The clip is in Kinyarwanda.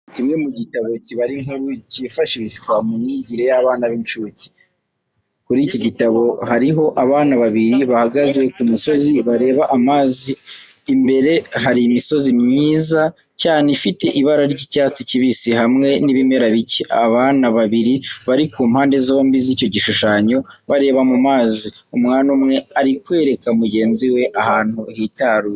Kimwe mu gitabo kibara inkuru cyifashishwa mu myigire y'abana b'incuke, kuri iki gitabo hariho abana babiri bahagaze ku musozi bareba amazi. Imbere hari imisozi myiza cyane ifite ibara ry'icyatsi kibisi, hamwe n'ibimera bike. Abana babiri bari ku mpande zombi z'icyo gishushanyo, bareba mu mazi. Umwana umwe ari kwereka mugenzi we ahantu hitaruye.